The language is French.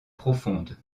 profonde